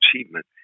achievement